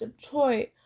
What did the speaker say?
Detroit